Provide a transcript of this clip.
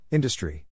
Industry